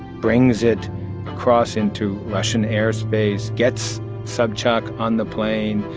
brings it across into russian airspace, gets sobchak on the plane.